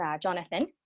Jonathan